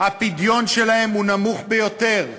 הפדיון שלהם הוא נמוך ביותר,